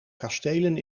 kastelen